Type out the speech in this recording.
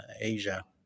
Asia